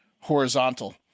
Horizontal